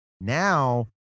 now